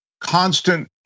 constant